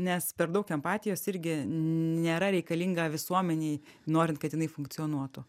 nes per daug empatijos irgi nėra reikalinga visuomenei norint kad jinai funkcionuotų